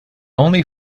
only